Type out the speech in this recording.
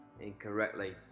incorrectly